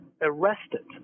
arrested